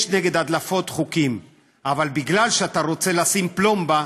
יש חוקים נגד הדלפות, אבל אתה רוצה לשים פלומבה